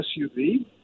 SUV